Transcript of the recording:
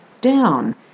down